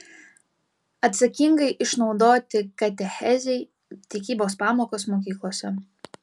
atsakingai išnaudoti katechezei tikybos pamokas mokyklose